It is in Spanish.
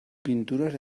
pinturas